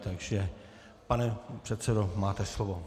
Takže pane předsedo, máte slovo.